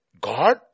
God